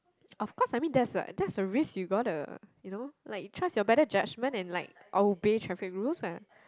of course I mean that's a that is a risk you got the you know like you trust your better judgement in like obey traffic rules